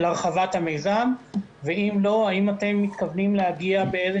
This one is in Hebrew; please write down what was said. ולא לאפשר פגיעה בחלשים